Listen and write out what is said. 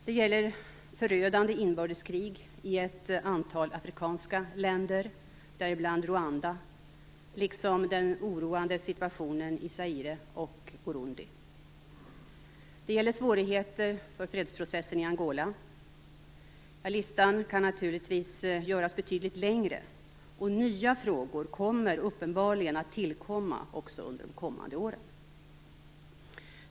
Det gäller förödande inbördeskrig i ett antal afrikanska länder, däribland Rwanda liksom den oroande situationen i Zaire och Burundi. Det gäller svårigheterna för fredsprocessen i Angola. Listan kan naturligtvis göras betydligt längre, och nya frågor kommer uppenbarligen att tillkomma också under de kommande åren.